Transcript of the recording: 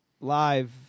live